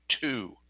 two